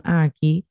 aqui